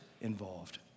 involved